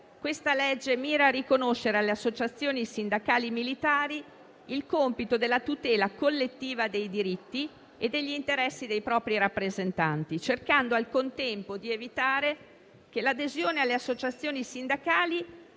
di legge mira a riconoscere alle associazioni sindacali militari il compito della tutela collettiva dei diritti e degli interessi dei propri rappresentanti, cercando al contempo di evitare che l'adesione alle associazioni sindacali